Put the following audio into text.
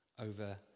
over